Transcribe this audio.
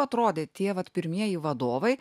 atrodė tie vat pirmieji vadovai